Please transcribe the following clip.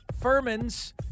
Furman's